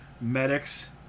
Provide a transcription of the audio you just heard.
Medics